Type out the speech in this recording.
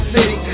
City